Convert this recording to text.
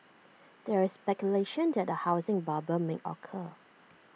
there is speculation that A housing bubble may occur